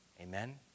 Amen